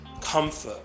comfort